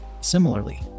Similarly